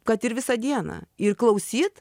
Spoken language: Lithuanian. kad ir visą dieną ir klausyt